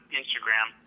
instagram